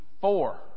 four